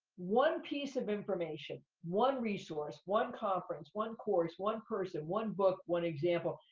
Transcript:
one piece of information, one resource, one conference, one course, one person, one book, one example,